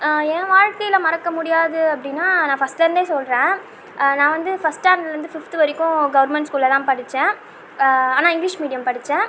என் வாழ்க்கையில் மறக்கமுடியாது அப்படின்னா நான் ஃபஸ்ட்டுலேருந்தே சொல்கிறேன் நான் வந்து ஃபஸ்ட்டு ஸ்டாண்டர்ட்லேருந்து ஃபிஃப்த்து வரைக்கும் கவர்மெண்ட் ஸ்கூலில் தான் படித்தேன் ஆனால் இங்கிலீஷ் மீடியம் படித்தேன்